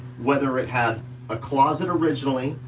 whether it had a closet originally,